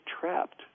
trapped